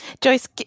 Joyce